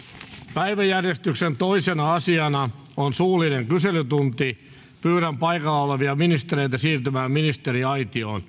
päiväjärjestyksen toisena asiana on suullinen kyselytunti pyydän paikalla olevia ministereitä siirtymään ministeriaitioon